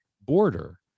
border